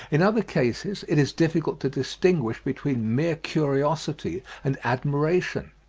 in other cases it is difficult to distinguish between mere curiosity and admiration.